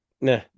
nah